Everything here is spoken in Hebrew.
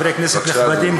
חברי כנסת נכבדים,